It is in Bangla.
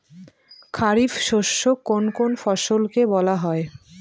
খারিফ শস্য কোন কোন ফসলকে বলা হয়?